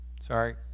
sorry